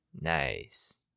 Nice